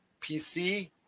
PC